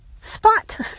spot